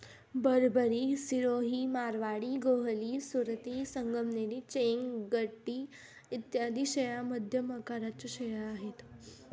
बरबरी, सिरोही, मारवाडी, गोहली, सुरती, संगमनेरी, चेंग, गड्डी इत्यादी शेळ्या मध्यम आकाराच्या शेळ्या आहेत